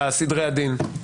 סדרי הדין?